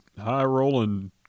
high-rolling